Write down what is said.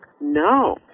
No